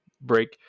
break